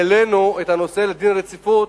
העלינו את הנושא להחלת דין רציפות